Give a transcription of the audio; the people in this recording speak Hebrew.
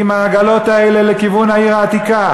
עם העגלות האלה לכיוון העיר העתיקה.